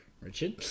Richard